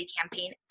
campaign